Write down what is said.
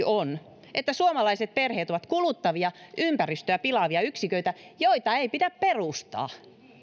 on että suomalaiset perheet ovat kuluttavia ympäristöä pilaavia yksiköitä joita ei pidä perustaa